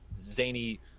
zany